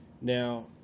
Now